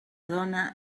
dona